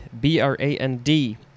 B-R-A-N-D